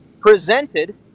presented